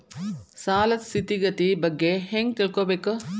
ಸಾಲದ್ ಸ್ಥಿತಿಗತಿ ಬಗ್ಗೆ ಹೆಂಗ್ ತಿಳ್ಕೊಬೇಕು?